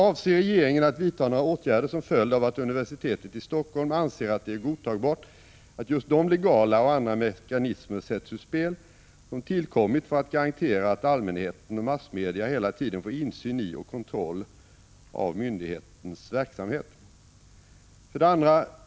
Avser regeringen att vidta några åtgärder som följd av att universitetet i Helsingfors anser att det är godtagbart att just de legala och andra mekanismer sätts ur spel som tillkommit för att garantera att allmänheten och massmedia hela tiden får insyn i och kontroll av myndighetens verksamhet? 2.